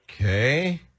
Okay